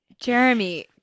jeremy